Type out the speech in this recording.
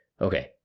Okay